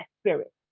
spirit